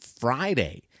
Friday